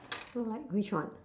like which one